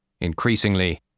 Increasingly